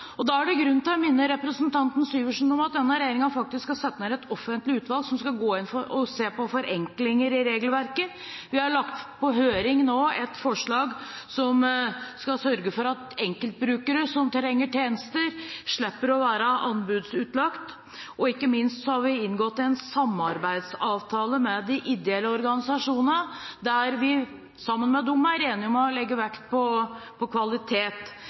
sosialfeltet. Da er det grunn til å minne representanten Syversen om at den regjeringen faktisk har satt ned et offentlig utvalg som skal gå inn og se på forenklinger i regelverket. Vi har nå lagt ut til høring et forslag som skal sørge for at enkeltbrukere som trenger tjenester, slipper å være anbudsutlagt, og ikke minst har vi inngått en samarbeidsavtale med de ideelle organisasjonene der vi er enige om å legge vekt på kvalitet.